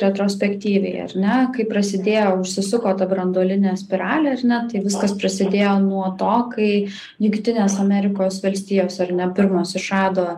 retrospektyviai ar ne kaip prasidėjo užsisuko ta branduolinė spiralė ar ne tai viskas prasidėjo nuo to kai jungtinės amerikos valstijos ar ne pirmos išrado